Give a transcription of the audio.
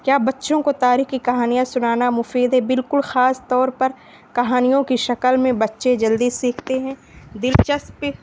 کیا بچوں کو تاریخی کہانیاں سنانا مفید ہے بالکل خاص طور پر کہانیوں کی شکل میں بچے جلدی سیکھتے ہیں دلچسپی